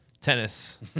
tennis